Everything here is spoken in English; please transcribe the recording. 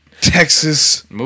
Texas